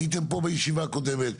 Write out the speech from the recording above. הייתם פה בישיבה הקודמת,